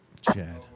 Chad